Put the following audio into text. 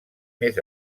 més